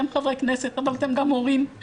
אבל אתם גם הורים.